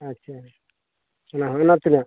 ᱟᱪᱪᱷᱟ ᱚᱱᱟ ᱛᱤᱱᱟᱹᱜ